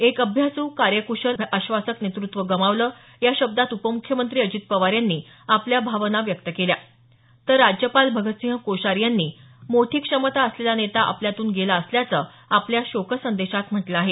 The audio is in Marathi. एक अभ्यासू कार्यकुशल आश्वासक नेतुत्व गमावलं या शब्दात उपमुख्यमंत्री अजित पवार यांनी आपल्या भावना व्यक्त केल्या तर राज्यपाल भगतसिंह कोश्यारी यांनी मोठी क्षमता असलेला नेता आपल्यातून गेला असल्याचं आपल्या शोकसंदेशात म्हटलं आहे